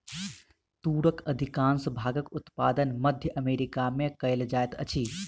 तूरक अधिकाँश भागक उत्पादन मध्य अमेरिका में कयल जाइत अछि